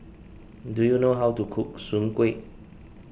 do you know how to cook Soon Kueh